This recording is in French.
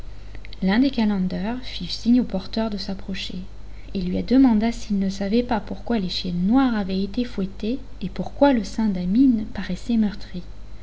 l'un des calenders fit signe au porteur de s'approcher et lui demanda s'il ne savait pas pourquoi les chiennes noires avaient été fouettées et pourquoi le sein d'amine paraissait meurtri